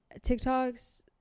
TikToks